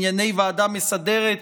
ענייני ועדה מסדרת,